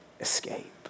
escape